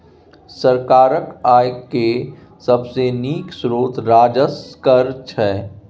सरकारक आय केर सबसे नीक स्रोत राजस्व कर छै